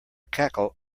cackle